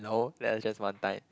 no that's just one time